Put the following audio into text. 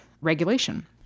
regulation